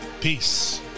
Peace